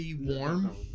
warm